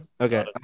okay